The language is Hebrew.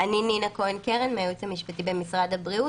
אני נינא כהן קרן מהייעוץ המשפטי במשרד הבריאות.